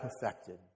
perfected